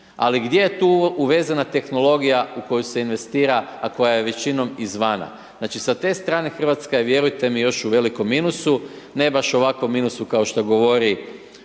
ali gdje je tu uvezena tehnologija u koju se investira, a koja je većinom iz vana. Znači sa te strane Hrvatska je, vjerujte mi, još u velikom minusu, ne baš ovakvom minusu kao što govori kolega